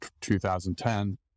2010